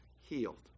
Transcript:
healed